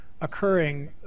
occurring